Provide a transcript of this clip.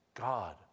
God